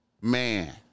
man